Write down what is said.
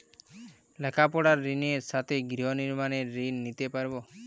লেখাপড়ার ঋণের সাথে গৃহ নির্মাণের ঋণ নিতে পারব?